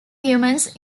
humans